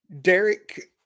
Derek